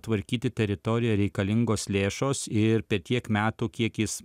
tvarkyti teritoriją reikalingos lėšos ir per tiek metų kiek jis